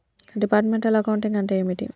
Departmental accounting అంటే ఏమిటి?